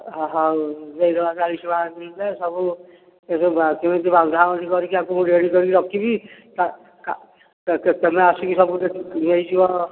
ହଉ ଦେଇଦେବା ଚାଳିଶ ଟଙ୍କା ସବୁ କିମିତି ବନ୍ଧା ବାନ୍ଧି କରିକି ୟାକୁ ରେଡ଼ି କରିକି ରଖିବି ତୁମେ ଆସିକି ସବୁ ନେଇଯିବ